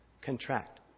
contract